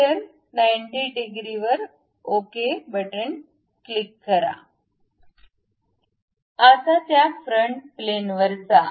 मी 90 degree बर okay click करा आता त्या फ्रंट प्लॅनवर जा